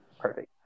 perfect